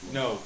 no